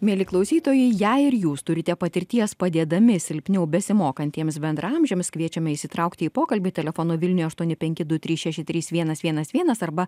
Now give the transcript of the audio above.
mieli klausytojai jei ir jūs turite patirties padėdami silpniau besimokantiems bendraamžiams kviečiame įsitraukti į pokalbį telefonu vilniuje aštuoni penki du trys šeši trys vienas vienas vienas arba